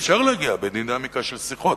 אפשר להגיע בדינמיקה של שיחות.